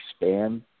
expand –